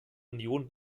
union